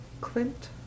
Clint